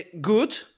good